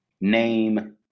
name